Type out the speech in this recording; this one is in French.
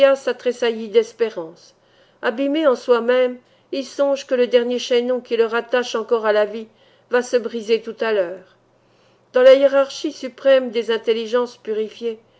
a tressailli d'espérance abîmé en soi-même il songe que le dernier chaînon qui le rattache encore à la vie va se briser tout à l'heure dans la hiérarchie suprême des intelligences purifiées